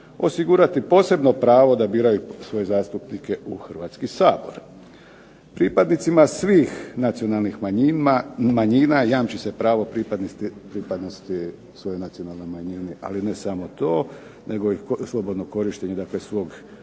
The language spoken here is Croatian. osigurati posebno pravo da biraju svoje zastupnike u HRvatski sabor. Pripadnicima svih nacionalnih manjina jamči se pravo pripadnosti svojoj nacionalnoj manjini, ali ne samo to nego i slobodno korištenje svog jezika,